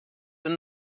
and